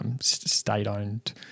state-owned